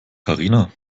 karina